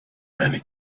many